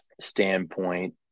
standpoint